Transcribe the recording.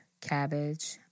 cabbage